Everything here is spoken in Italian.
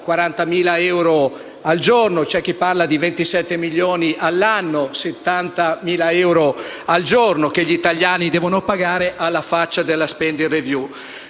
(40.000 euro al giorno) e chi di 27 milioni all'anno (70.000 euro al giorno) che gli italiani devono pagare, alla faccia della *spending review*!